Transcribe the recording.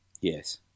Yes